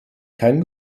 kein